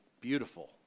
beautiful